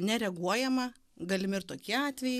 nereaguojama galimi ir tokie atvejai